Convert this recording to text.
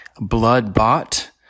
blood-bought